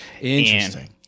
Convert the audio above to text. Interesting